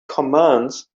commands